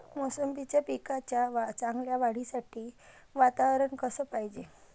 मोसंबीच्या पिकाच्या चांगल्या वाढीसाठी वातावरन कस पायजे?